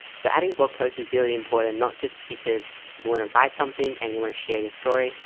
so adding blog post is really important not just because you want to write something and you want to share your story.